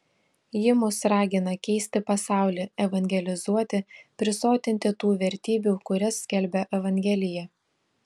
ji mus ragina keisti pasaulį evangelizuoti prisotinti tų vertybių kurias skelbia evangelija